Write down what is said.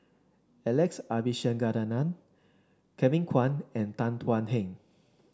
Alex Abisheganaden Kevin Kwan and Tan Thuan Heng